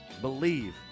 believe